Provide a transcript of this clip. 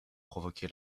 provoqué